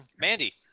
Mandy